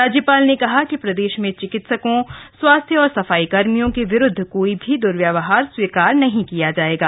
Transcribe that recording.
राज्यपाल ने कहा कि प्रदेश में चिकित्सकों स्वास्थ्य और सफाई कर्मियों के विरूद्ध कोई भी द्वर्व्यवहार स्वीकार नहीं किया जायेगा